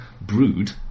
Brood